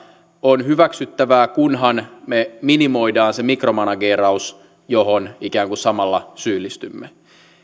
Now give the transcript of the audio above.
on hyväksyttävää kunhan me minimoimme sen mikromanageerauksen johon ikään kuin samalla syyllistymme